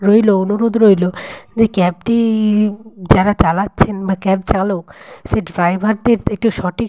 রইল অনুরোধ রইল যে ক্যাবটি যারা চালাচ্ছেন বা ক্যাব চালক সে ড্রাইভারদের একটু সঠিক